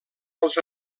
als